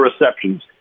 receptions